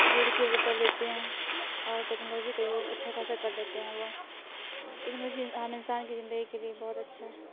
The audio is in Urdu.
جڑ کے وہ کر لیتے ہیں اور ٹیکنالوجی کا یوز اچھا خاصا کر لیتے ہیں وہ ٹیکنالوجی عام انسان کی زندگی کے لیے بہت اچھا ہے